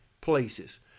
places